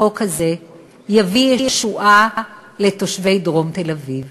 החוק הזה יביא ישועה לתושבי דרום תל-אביב?